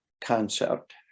concept